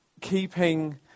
Keeping